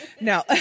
No